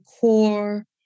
core